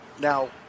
Now